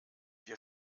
wir